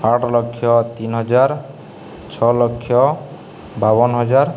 ଆଠ ଲକ୍ଷ ତିନି ହଜାର ଛଅ ଲକ୍ଷ ବାବନ ହଜାର